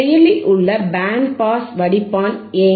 செயலில் உள்ள band pass வடிப்பான் ஏன்